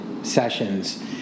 Sessions